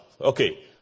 Okay